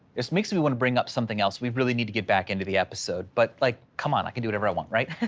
it makes me wanna bring up something else, we really need to get back into the episode, but like, come on, i can do whatever i want, right?